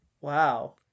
wow